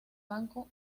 banco